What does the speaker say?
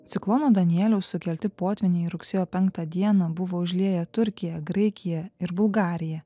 ciklono danieliaus sukelti potvyniai rugsėjo penktą dieną buvo užlieję turkiją graikiją ir bulgariją